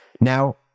Now